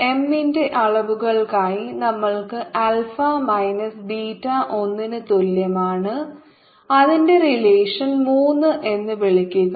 M ന്റെ അളവുകൾക്കായി നമ്മൾക്ക് ആൽഫ മൈനസ് ബീറ്റ 1 ന് തുല്യമാണ് അതിനെ റിലേഷൻ 3 എന്ന് വിളിക്കുക